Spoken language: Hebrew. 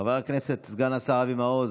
חבר הכנסת סגן השר אבי מעוז,